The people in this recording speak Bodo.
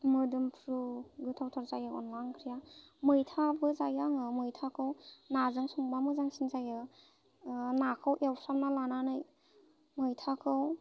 मोदोमफ्रु गोथावथार जायो अनला ओंख्रिया मैथाबो जायो आङो मैथाखौ नाजों संबा मोजांसिन जायो नाखौ एवफ्रामना लानानै मैथाखौ